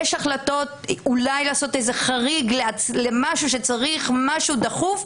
אולי לעשות איזה חריג למשהו דחוף,